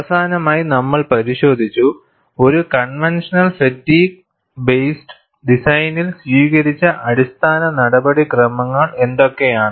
അവസാനമായി നമ്മൾ പരിശോധിച്ചു ഒരു കൺവെൻഷണൽ ഫാറ്റീഗ് ബേസ്ഡ് ഡിസൈനിൽ സ്വീകരിച്ച അടിസ്ഥാന നടപടിക്രമങ്ങൾ എന്തൊക്കെയാണ്